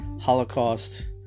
holocaust